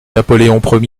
napoléon